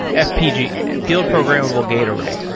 yeah. fpg field programmable gate array.